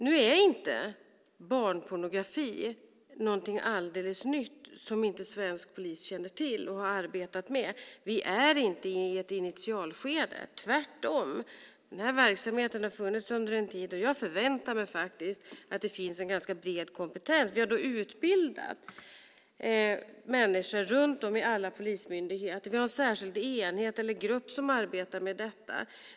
Nu är inte barnpornografi någonting alldeles nytt som inte svensk polis känner till och har arbetat med. Vi är inte i ett initialskede. Tvärtom, den här verksamheten har funnits under en tid, och jag förväntar mig faktiskt att det finns en ganska bred kompetens. Vi har utbildat människor runt om i alla polismyndigheter. Vi har en särskild grupp som arbetar med detta.